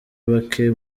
bake